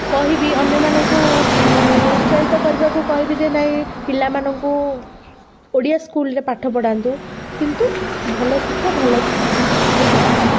କହିବି ଅନ୍ୟମାନଙ୍କୁ ଉତ୍ସାହିତ କରିବାକୁ କହିବାକୁ କହିବେ ଯେ ନାଇଁ ପିଲାମାନଙ୍କୁ ଓଡ଼ିଆ ସ୍କୁଲରେ ପାଠ ପଢ଼ାନ୍ତୁ କିନ୍ତୁ ଭଲ ଶିକ୍ଷା ଭଲ ଇଏ କରାଯାଉ